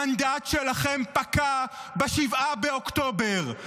המנדט שלכם פקע ב-7 באוקטובר,